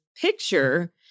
picture